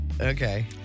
Okay